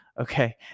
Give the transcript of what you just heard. Okay